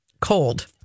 Cold